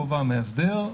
כובע המאסדר.